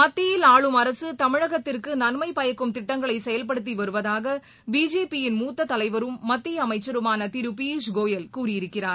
மத்தியில் ஆளும் அரக தமிழகத்திற்குநன்மைபயக்கும் திட்டங்களைசெயல்படுத்திவருவதாகபிஜேபியின் மூத்ததலைவரும் மத்தியஅமைச்சருமானதிருபியூஷ் கோயல் கூறியிருக்கிறார்